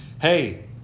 Hey